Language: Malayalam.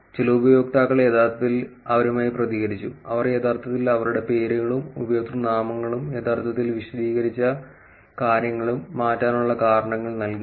ചില ഉപയോക്താക്കൾ യഥാർത്ഥത്തിൽ അവരുമായി പ്രതികരിച്ചു അവർ യഥാർത്ഥത്തിൽ അവരുടെ പേരുകളും ഉപയോക്തൃനാമങ്ങളും യഥാർത്ഥത്തിൽ വിശദീകരിച്ച കാര്യങ്ങളും മാറ്റാനുള്ള കാരണങ്ങൾ നൽകി